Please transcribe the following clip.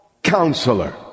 counselor